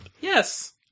Yes